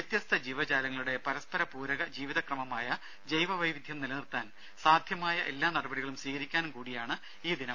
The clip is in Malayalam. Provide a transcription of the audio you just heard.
വ്യത്യസ്ത ജീവജാലങ്ങളുടെ പരസ്പര പൂരക ജീവിതക്രമമായ ജൈവവൈവിധ്യം നിലനിർത്താൻ സാധ്യമായ എല്ലാ നടപടികളും സ്വീകരിക്കാനും കൂടിയാണ് ഈ ദിനം